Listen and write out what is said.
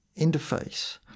interface